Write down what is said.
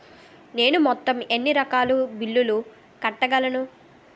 నేను మొత్తం ఎన్ని రకాల బిల్లులు కట్టగలను?